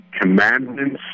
commandments